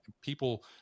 people